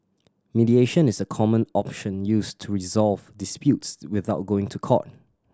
mediation is a common option used to resolve disputes without going to court